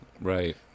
Right